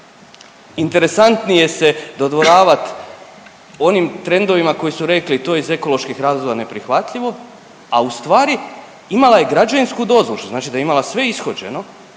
interesantnije se dodvoravati onim trendovima koji su rekli i to je iz ekoloških razloga neprihvatljivo, a u stvari imala je građevinsku dozvolu što znači da je imala sve ishođeno